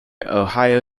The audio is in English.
ohio